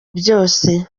byose